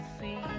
see